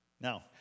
Now